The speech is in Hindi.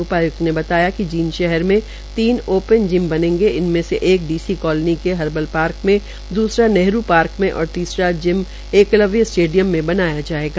उपाय्क्त ने बताया कि जींद शहर में तीन ओपन जिम बर्नेगे इसमें से एक डी सी कालोनी के हर्बल पार्क में दूसरा नेहरू पार्क में और तीसरा जिम एकलव्य स्टेडियम मे बनाया जायेगा